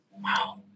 Wow